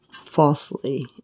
falsely